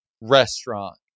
restaurant